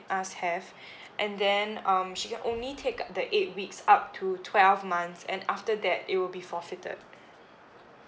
us have and then um she can only take uh the eight weeks up to twelve months and after that it will be forfeited